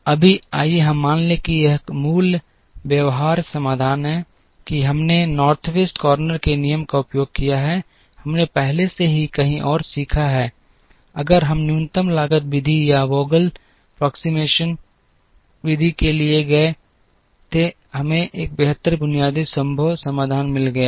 अभी आइए हम मान लें कि यह मूल व्यवहार्य समाधान है कि हमने उत्तर पश्चिम कोने के नियम का उपयोग किया है हमने पहले से ही कहीं और सीखा है अगर हम न्यूनतम लागत विधि या वोगेल के सन्निकटन विधि के लिए गए थे हमें एक बेहतर बुनियादी संभव समाधान मिल गया है